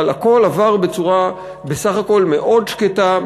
אבל הכול עבר בסך הכול בצורה מאוד שקטה,